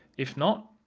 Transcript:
if not,